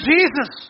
Jesus